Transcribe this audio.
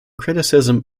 criticism